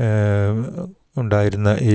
വ് ഉണ്ടായിരുന്ന ഈ